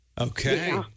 Okay